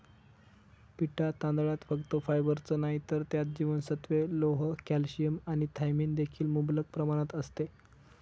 पिटा तांदळात फक्त फायबरच नाही तर त्यात जीवनसत्त्वे, लोह, कॅल्शियम आणि थायमिन देखील मुबलक प्रमाणात असते